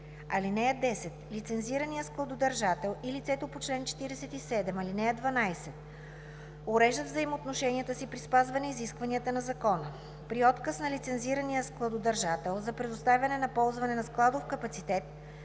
(10) Лицензираният складодържател и лицето по чл. 47, ал. 12 уреждат взаимоотношенията си при спазване изискванията на закона. При отказ на лицензирания складодържател за предоставяне на ползване на складов капацитет,